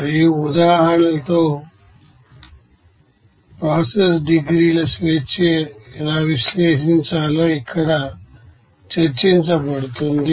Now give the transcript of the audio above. మరియు ఉదాహరణలతో process degrees of freedom ఎలా విశ్లేషించాలో ఇక్కడ చర్చించబడుతుంది